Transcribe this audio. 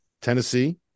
Tennessee